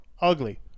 Ugly